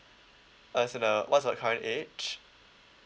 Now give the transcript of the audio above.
uh as in uh what's your current age